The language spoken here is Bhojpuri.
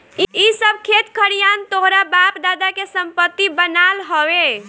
इ सब खेत खरिहान तोहरा बाप दादा के संपत्ति बनाल हवे